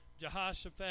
Jehoshaphat